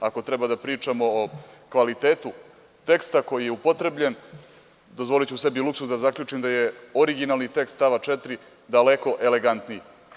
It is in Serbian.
Ako treba da pričamo o kvalitetu teksta koji je upotrebljen, dozvoliću sebi luksuz da zaključim da je originalni tekst stava 4. daleko elegantniji.